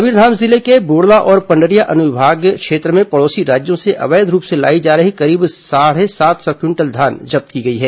कबीरधाम जिले के बोडला और पंडरिया अनुविभाग क्षेत्र में पड़ोसी राज्यों से अवैध रूप से लाई जा रही करीब साढ़े सात सौ क्विंटल धान जब्त की गई है